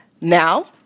Now